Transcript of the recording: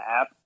app